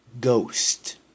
ghost